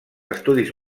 estudis